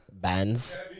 bands